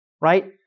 right